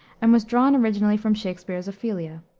and was drawn originally from shakspere's ophelia.